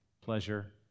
pleasure